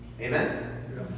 Amen